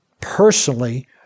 personally